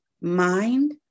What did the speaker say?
mind